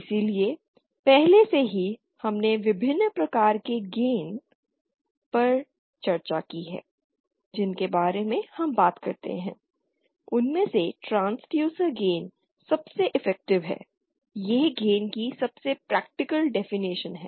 इसलिए पहले से ही हमने विभिन्न प्रकार के गेन पर चर्चा की है जिनके बारे में हम बात करते हैं उनमें से ट्रांसड्यूसर गेन सबसे इफेक्टिव है यह गेन की सबसे प्रैक्टिकल डेफिनिशन है